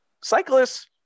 cyclists